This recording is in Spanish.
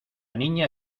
niña